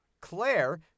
Claire